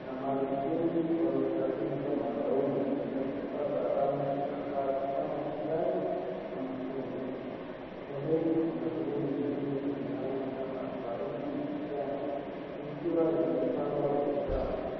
na manekini wamevalishwa magauni na shuka za rangi angavu kama njano na machungwa. Pembeni kuna nguo nyingine zenye rangi kama waridi na kijani, zikiwa zimepangwa kwenye rafu.